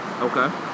Okay